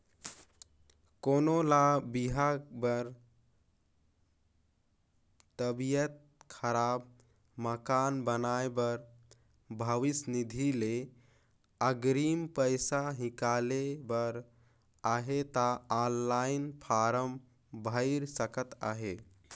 कोनो ल बिहा बर, तबियत खराब, मकान बनाए बर भविस निधि ले अगरिम पइसा हिंकाले बर अहे ता ऑनलाईन फारम भइर सकत अहे